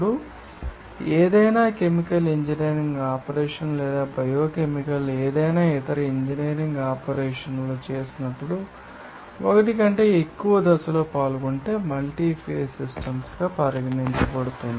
ఇప్పుడు ఏదైనా chemical engineering operation లేదా బయోకెమికల్ ఏదైనా ఇతర ఇంజనీరింగ్ ఆపరేషన్లు చేసినప్పుడు ఒకటి కంటే ఎక్కువ దశలు పాల్గొంటే మల్టీ ఫేజ్ సిస్టమ్స్ గా పరిగణించబడుతుంది